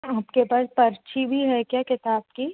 आपके पास पर्ची भी है क्या किताब की